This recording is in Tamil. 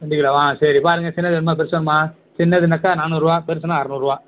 ரெண்டு கிலோவா சரி பாருங்க சின்னது வேணுமா பெருசு வேணுமா சின்னதுன்னக்கால் நானுாறுருவா பெருசுனால் அறநூறுருவா